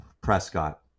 Prescott